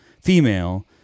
female